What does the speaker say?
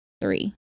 three